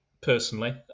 personally